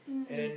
mm